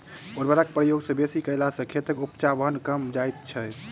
उर्वरकक प्रयोग बेसी कयला सॅ खेतक उपजाउपन कम भ जाइत छै